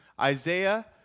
Isaiah